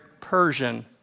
Persian